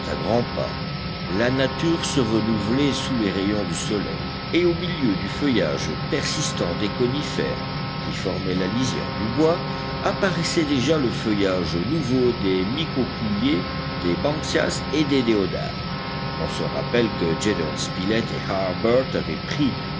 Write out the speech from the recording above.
à grands pas la nature se renouvelait sous les rayons du soleil et au milieu du feuillage persistant des conifères qui formaient la lisière du bois apparaissait déjà le feuillage nouveau des micocouliers des banksias et des deodars on se rappelle que gédéon spilett et harbert avaient pris